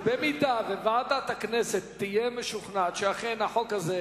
ואם ועדת הכנסת תהיה משוכנעת שאכן החוק הזה,